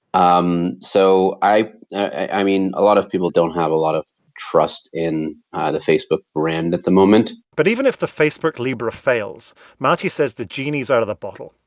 um so i i mean, a lot of people don't have a lot of trust in the facebook brand at the moment but even if the facebook libra fails, mati says the genie's out of the bottle.